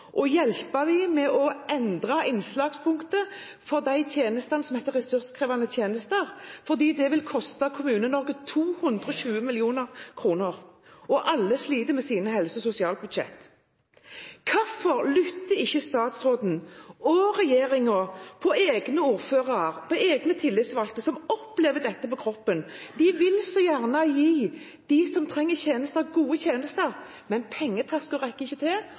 med å endre innslagspunktet for de tjenestene som heter ressurskrevende tjenester, fordi det vil koste Kommune-Norge 220 mill. kr, og alle sliter med sine helse- og sosialbudsjetter. Hvorfor lytter ikke statsråden og regjeringen til egne ordførere, egne tillitsvalgte, som opplever dette på kroppen? De vil så gjerne gi dem som trenger tjenester, gode tjenester, men pengetasken strekker ikke til